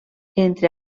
entre